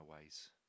ways